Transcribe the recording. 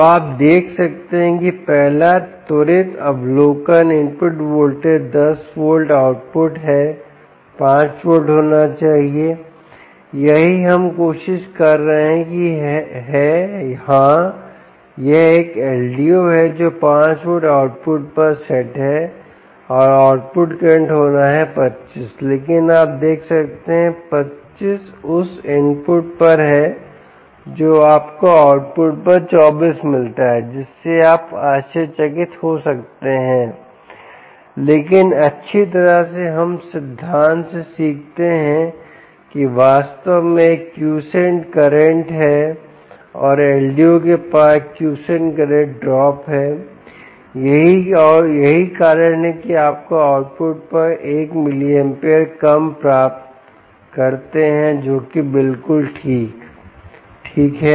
तो आप देख सकते हैं कि पहला त्वरित अवलोकन इनपुट वोल्टेज 10 वोल्ट आउटपुट है 5 वोल्ट होना चाहिए यही हम कहने की कोशिश कर रहे हैं हाँ यह एक LDO है जो 5 वोल्ट आउटपुट पर सेट है और आउटपुट करंट होना है 25 लेकिन आप देख सकते हैं 25 उस इनपुट पर है जो आपको आउटपुट पर 24 मिलता है जिसे आप आश्चर्यचकित हो सकते हैं लेकिन अच्छी तरह से हम सिद्धांत से सीखते हैं कि वास्तव में एक क्योंसेंट करंट है और एलडीओ के पार क्योंसेंट करंट ड्रॉप है यही कारण है कि आप आउटपुट पर एक मिलिअमपेरे कम प्राप्त करते हैं जो कि बिल्कुल ठीक ठीक है